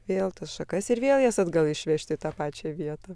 vėl tas šakas ir vėl jas atgal išvežti į tą pačią vietą